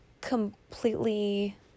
completely